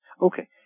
Okay